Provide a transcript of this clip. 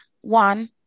One